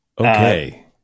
Okay